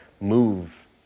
move